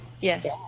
Yes